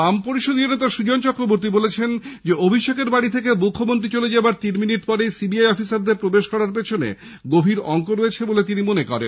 বাম পরিষদীয় নেতা সুজন চক্রবর্তী বলেছেন অভিষেকের বাড়ী থেকে মুখ্যমন্ত্রী চলে যাবার তিন মিনিট পরেই সিবিআই অফিসারদের প্রবেশ করার পেছনে গভীর অংক রেয়ছে বলে তিনি মনে করেন